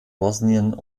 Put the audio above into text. bosnien